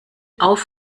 auf